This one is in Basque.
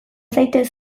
zaitez